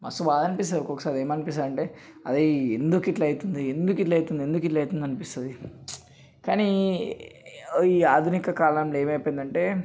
మస్తు బాధనిపిస్తుంది ఒక్కొక్కసారి ఏమనిపిస్తుంది అంటే అరే ఎందుకు ఇట్ల అయితుంది ఎందుకు ఇట్ల అయితుంది ఎందుకు ఇట్ల అయితుంది అనిపిస్తుంది కానీ ఈ ఆధునికకాలంలో ఏమైపోయిందంటే